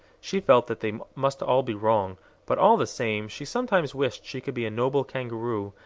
she felt that they must all be wrong but, all the same, she sometimes wished she could be a noble kangaroo,